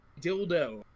dildo